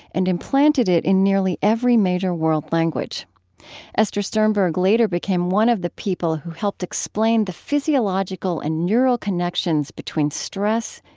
and implanted it in nearly every major world language esther sternberg later became one of the people who helped explain the physiological and neural connections between stress,